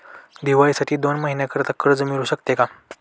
दिवाळीसाठी दोन महिन्याकरिता कर्ज मिळू शकते का?